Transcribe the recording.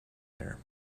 air